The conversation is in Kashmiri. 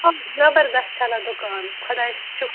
آ زبردس چلان دُکان خۄدایَس شُکُر